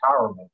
empowerment